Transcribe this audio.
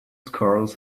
cars